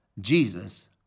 Jesus